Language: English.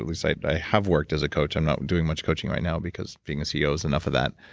at least, i but i have worked as a coach. i'm not doing much coaching right now, because being a ceo is enough of that.